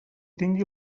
tingui